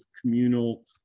communal